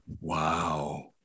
wow